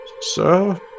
Sir